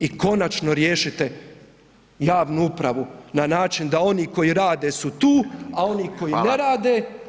I konačno riješite javnu upravu na način da oni koji rade su tu, a oni koji ne rade